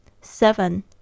Seven